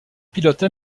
pilote